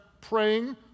praying